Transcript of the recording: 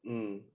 mm